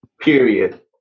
Period